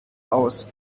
aus